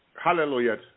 hallelujah